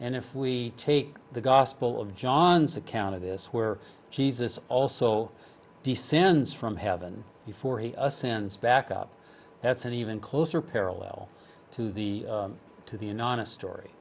and if we take the gospel of john's account of this where jesus also descends from heaven before he ascends back up that's an even closer parallel to the to the anon a